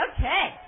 Okay